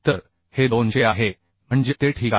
तर हे 200 आहे म्हणजे ते ठीक आहे